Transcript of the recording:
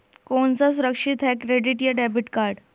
कौन सा सुरक्षित है क्रेडिट या डेबिट कार्ड?